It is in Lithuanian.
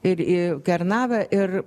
ir į kernavę ir